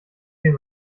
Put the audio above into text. den